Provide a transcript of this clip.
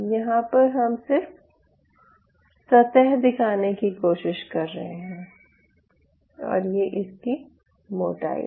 यहाँ पर हम सिर्फ सतह दिखाने की कोशिश कर रहे हैं और ये इसकी मोटाई है